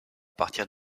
partir